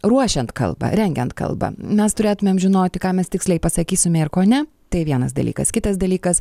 ruošiant kalbą rengiant kalbą mes turėtumėm žinoti ką mes tiksliai pasakysime ir kone tai vienas dalykas kitas dalykas